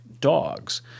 dogs